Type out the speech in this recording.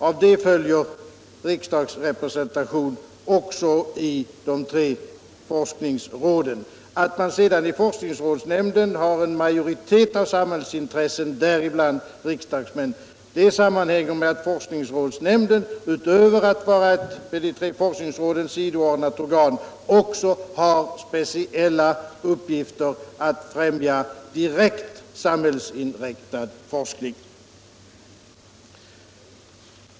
Av det följer riksdagsrepresentation också i de tre forskningsråden. Att man sedan i forskningsrådsnämnden har en majoritet av samhällsintressen, däribland riksdagsmän, sammanhänger med att forskningsrådsnämnden, utöver att vara ett sidoordnat organ till de tre forskningsråden, också har speciella uppgifter att främja direkt samhällsinriktad forskning.